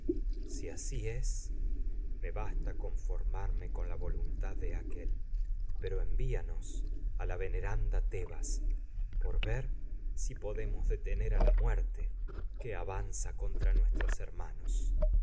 si así es me basta conformarme con la voluntad aquél pero envíanos a la veneran da tebas por ver si podemos detener á la muerte que avanza contra nuestros hermanos